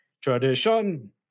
tradition